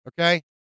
Okay